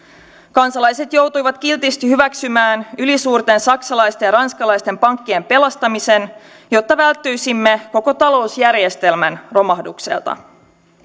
kansalaiset joutuivat kiltisti hyväksymään ylisuurten saksalaisten ja ranskalaisten pankkien pelastamisen jotta välttyisimme koko talousjärjestelmän romahdukselta